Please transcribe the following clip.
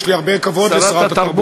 יש לי הרבה כבוד לשרת התרבות,